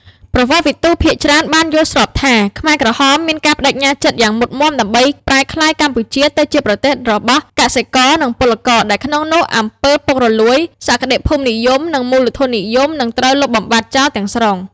ប្រវត្តិវិទូភាគច្រើនបានយល់ស្របថា ខ្មែរក្រហមមានការប្តេជ្ញាចិត្តយ៉ាងមុតមាំដើម្បីប្រែក្លាយកម្ពុជាទៅជាប្រទេសរបស់កសិករ និងពលករ ដែលក្នុងនោះអំពើពុករលួយ សក្តិភូមិនិយម និងមូលធននិយម នឹងត្រូវលុបបំបាត់ចោលទាំងស្រុង។